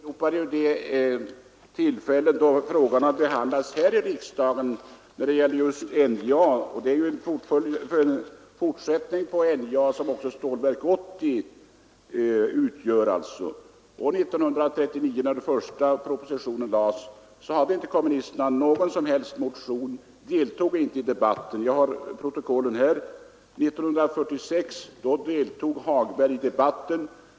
Herr talman! Jag åberopade de tillfällen då frågan om NJA behandlats här i riksdagen. Stålverk 80 utgör ju en fortsättning på NJA. År 1939, när den första propositionen lades, hade kommunisterna ingen motion, och de deltog inte i debatten. Jag har protokollen här. År 1946 deltog herr Hagberg i debatten.